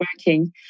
working